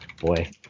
boy